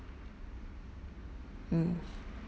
mm